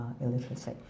illiteracy